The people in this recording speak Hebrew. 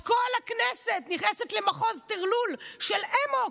אז כל הכנסת נכנסת לטרלול של אמוק,